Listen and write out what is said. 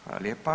Hvala lijepa.